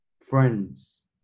friends